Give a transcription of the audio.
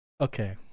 Okay